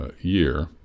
year